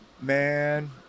man